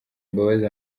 imbabazi